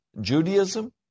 Judaism